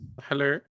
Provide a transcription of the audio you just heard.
hello